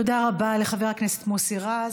תודה רבה לחבר הכנסת מוסי רז.